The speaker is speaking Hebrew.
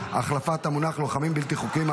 החלפת המונח לוחמים בלתי חוקיים),